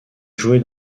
jouer